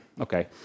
Okay